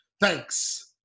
Thanks